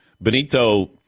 Benito